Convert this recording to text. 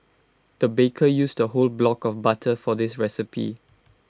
the baker used A whole block of butter for this recipe